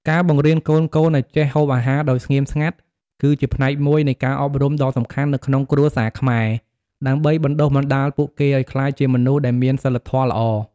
ការបង្រៀនកូនៗឱ្យចេះហូបអាហារដោយស្ងៀមស្ងាត់ គឺជាផ្នែកមួយនៃការអប់រំដ៏សំខាន់នៅក្នុងគ្រួសារខ្មែរ ដើម្បីបណ្តុះបណ្តាលពួកគេឱ្យក្លាយជាមនុស្សដែលមានសីលធម៌ល្អ។